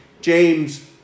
James